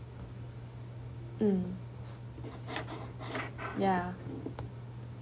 mm ya